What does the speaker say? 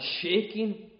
shaking